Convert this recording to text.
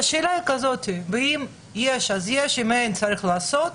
לגבי נהלים - אם יש אז יש, ואם אין אז צריך לעשות.